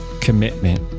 commitment